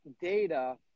data